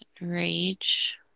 rage